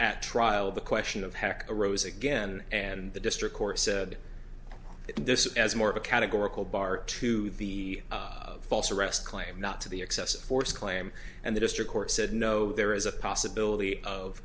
at trial the question of hec arose again and the district court said this as more of a categorical bar to the false arrest claim not to the excessive force claim and the district court said no there is a possibility of